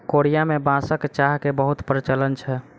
Korea में बांसक चाह के बहुत प्रचलन छै